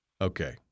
Okay